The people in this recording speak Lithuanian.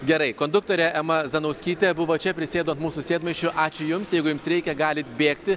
gerai konduktorė ema zanauskytė buvo čia prisėdo ant mūsų sėdmaišių ačiū jums jeigu jums reikia galit bėgti